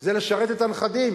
זה לשרת את הנכדים,